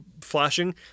flashing